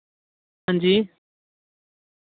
हांजी